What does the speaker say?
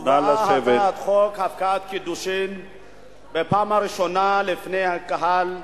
הובאה הצעת חוק הפקעת קידושים בפעם הראשונה בפני הקהל בקהיר.